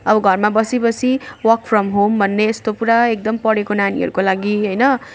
अब घरमा बसी बसी वर्क फ्रम होम भन्ने यस्तो पुरा एकदम पढेको नानीहरूको लागि होइन